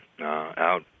out